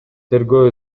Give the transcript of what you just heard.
тергөө